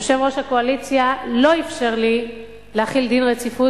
יושב-ראש הקואליציה לא אפשר לי להחיל דין רציפות